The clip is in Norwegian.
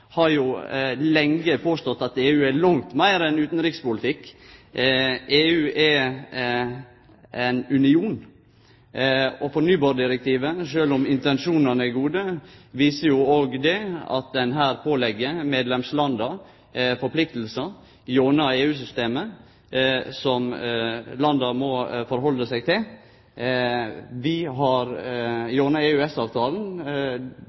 har jo lenge påstått at EU er langt meir enn utanrikspolitikk. EU er ein union, og fornybardirektivet – sjølv om intensjonane er gode – viser jo òg at ein pålegg medlemslanda forpliktingar gjennom EU-systemet som landa må halde seg til. Gjennom EØS-avtala blir vi